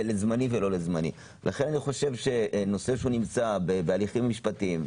לכן אני חושב שנושא שנמצא בהליכים משפטיים,